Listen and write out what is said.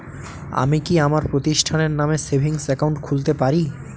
আমি কি আমার প্রতিষ্ঠানের নামে সেভিংস একাউন্ট খুলতে পারি?